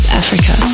africa